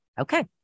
okay